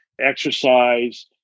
exercise